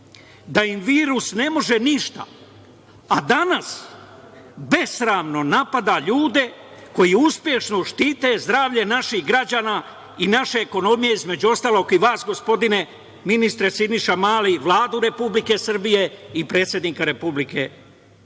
da im virus ne može ništa, a danas besramno napada ljude koji uspešno štite zdravlje naših građana i naše ekonomije, između ostalog i vas, gospodine ministre Siniša Mali, Vladu Republike Srbije i predsednika Republike